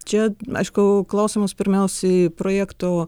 čia aišku klausimas pirmiausiai projekto